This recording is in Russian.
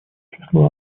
числу